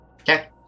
Okay